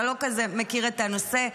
אתה לא כזה מכיר את הנושא,